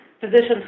physicians